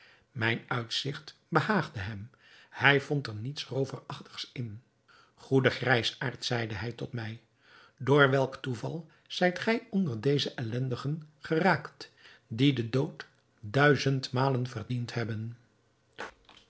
mijn uitzigt behaagde hem hij vond er niets rooverachtigs in goede grijsaard zeide hij tot mij door welk toeval zijt gij onder deze ellendelingen geraakt die den dood duizendmalen verdiend hebben